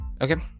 Okay